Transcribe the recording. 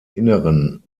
inneren